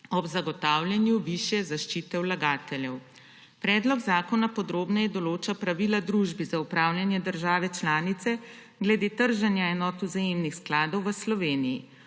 ob zagotavljanju višje zaščite vlagateljev. Predlog zakona podrobneje določa pravila družbi za upravljanje države članice glede trženja enot vzajemnih skladov v Sloveniji.